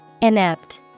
inept